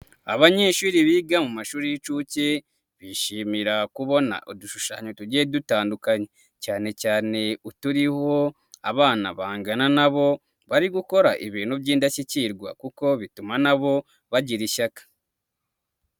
Abanyeshuri biga mu mashuri y'incuke bishimira kubona udushushanyo tugiye dutandukanye cyane cyane uturiho abana bangana nabo, bari gukora ibintu by'indashyikirwa kuko bituma nabo bagira ishyaka.